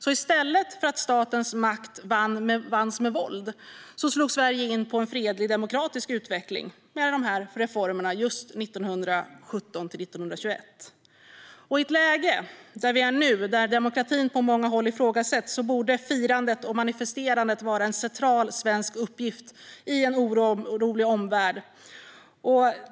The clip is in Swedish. I stället för att statens makt vanns med våld slog Sverige in på en fredlig demokratisk utveckling med dessa reformer just 1917-1921. I ett läge där vi är nu, där demokratin på många håll ifrågasätts, borde firandet och manifesterandet vara en central svensk uppgift i en orolig omvärld.